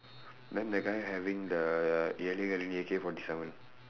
then the guy having the forty seven